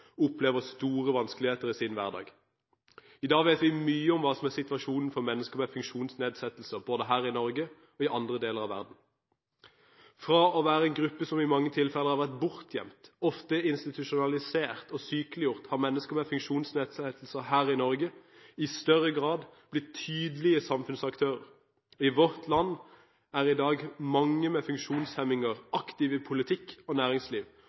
opplever store vanskeligheter i sin hverdag. I dag vet vi mye om hva som er situasjonen for mennesker med funksjonsnedsettelser, både her i Norge og i andre deler av verden. Fra å være en gruppe som i mange tilfeller har vært bortgjemt, ofte institusjonalisert og sykeliggjort, har mennesker med funksjonsnedsettelser her i Norge i større grad blitt tydelige samfunnsaktører. I vårt land er i dag mange med funksjonshemminger aktive i politikk og næringsliv,